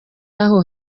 y’aho